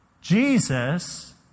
Jesus